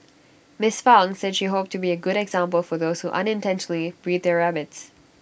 miss Fang said she hoped to be A good example for those who unintentionally breed their rabbits